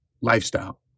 lifestyle